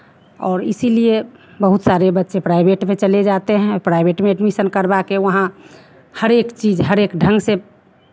और इसीलिए बहुत सारे बच्चे प्राइवेट में चले जाते हैं और प्राइवेट में एडमिशन करवा के वहाँ हर एक चीज़ हर एक ढंग से